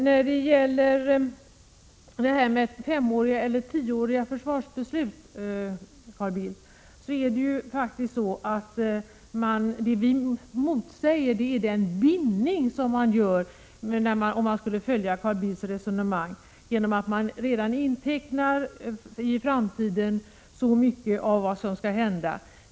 Beträffande femeller tioåriga försvarsbesiut, Carl Bildt, vill jag säga att det vi motsätter oss är den bindning som blir följden av Carl Bildts resonemang, genom att man redan intecknar mycket av det framtida utrymmet.